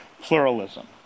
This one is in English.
pluralism